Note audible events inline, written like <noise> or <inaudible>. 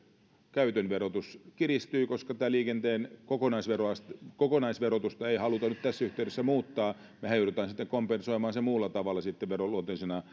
käytön verotus kiristyy koska tätä liikenteen kokonaisverotusta ei haluta nyt tässä yhteydessä muuttaa mehän joudumme sitten kompensoimaan sen muulla tavalla veroluonteisina <unintelligible>